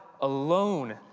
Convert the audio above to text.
alone